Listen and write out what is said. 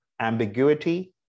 ambiguity